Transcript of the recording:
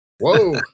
Whoa